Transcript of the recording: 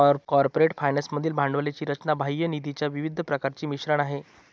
corporate finance मधील भांडवली रचना बाह्य निधीच्या विविध प्रकारांचे मिश्रण आहे